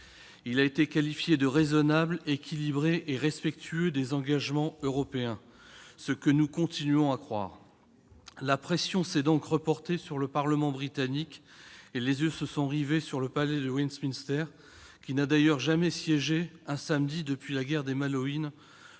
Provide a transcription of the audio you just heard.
Il a été qualifié de raisonnable, équilibré et respectueux des engagements européens, ce que nous continuons à croire. La pression s'est alors reportée sur le Parlement britannique et les yeux se sont rivés sur le Palais de Westminster, qui n'avait pas siégé un samedi depuis la guerre des Malouines